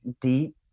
deep